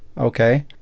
okay